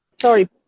Sorry